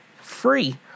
Free